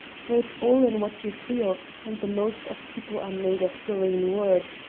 for it's all in what you feel, and the most of people are made of green wood.